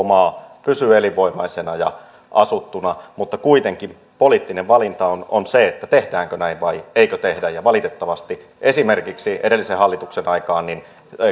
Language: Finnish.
maa pysyy elinvoimaisena ja asuttuna mutta kuitenkin poliittinen valinta on on se tehdäänkö näin vai eikö tehdä valitettavasti esimerkiksi edellisen hallituksen aikaan